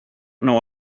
know